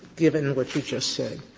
given what you just said,